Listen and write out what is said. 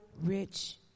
rich